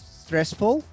stressful